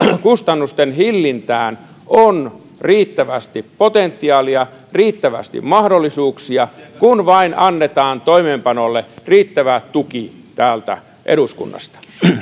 kustannusten hillintään on riittävästi potentiaalia riittävästi mahdollisuuksia kun vain annetaan toimeenpanolle riittävä tuki täältä eduskunnasta